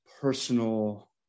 personal